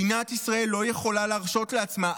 מדינת ישראל לא יכולה להרשות לעצמה,